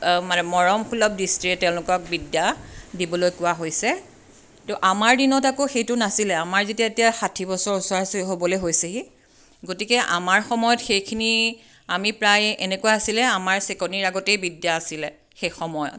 মানে মৰমসুলভ দৃষ্টিৰে তেওঁলোকক বিদ্যা দিবলৈ কোৱা হৈছে কিন্তু আমাৰ দিনত আকৌ সেইটো নাছিলে আমাৰ যেতিয়া এতিয়া ষাঠিবছৰ ওচৰাওচৰি হ'বলৈ হৈছেহি গতিকে আমাৰ সময়ত সেইখিনি আমি প্ৰায় এনেকুৱা আছিলে আমাৰ চেকনিৰ আগতেই বিদ্যা আছিলে সেইসময়ত